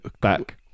back